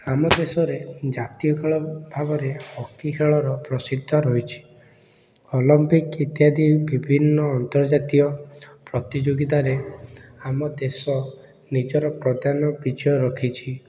ଆମ ଦେଶରେ ଜାତୀୟ ଖେଳ ଭାବରେ ହକି ଖେଳର ପ୍ରସିଦ୍ଧ ରହିଛି ଅଲମ୍ପିକ୍ ଇତ୍ୟାଦି ବିଭିନ୍ନ ଅନ୍ତର୍ଜାତୀୟ ପ୍ରତିଯୋଗିତାରେ ଆମ ଦେଶ ନିଜର ପ୍ରଦାନ ବିଜୟ ରଖିଛି